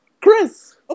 Chris